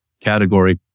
category